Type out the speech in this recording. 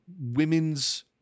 women's